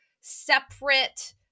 separate